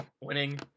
winning